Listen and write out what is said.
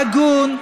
ההגון,